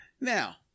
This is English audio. Now